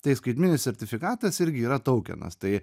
tai skaitmeninis sertifikatas irgi yra toukenas tai